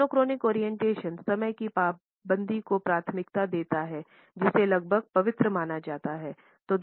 monochronic orientation समय की पाबंदी को प्राथमिकता देता है जिसे लगभग पवित्र माना जाता है